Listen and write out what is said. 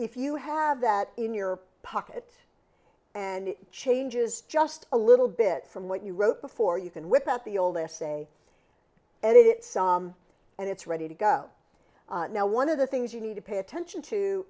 if you have that in your pocket and it changes just a little bit from what you wrote before you can whip out the old essay and it and it's ready to go now one of the things you need to pay attention to